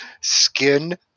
skin